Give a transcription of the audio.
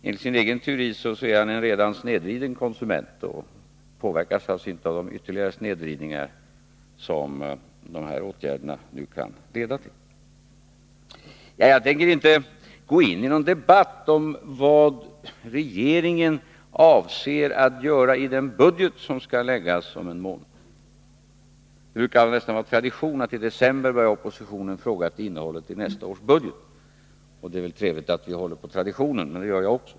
Enligt sin egen teori är han redan en snedvriden konsument och påverkas alltså inte av de ytterligare snedvridningar som de här åtgärderna kan leda till. Jag tänker inte gå in i någon debatt om vad regeringen avser att föreslå i den budget som skall läggas fram om en månad. Det är nästan tradition att oppositionen i december börjar fråga efter innehållet i nästa års budget. Det är väl trevligt att hålla på traditioner, det gör jag också.